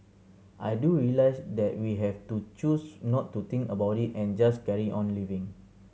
I do realise that we have to choose not to think about it and just carry on living